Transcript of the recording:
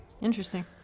Interesting